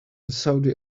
saudi